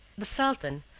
the sultan,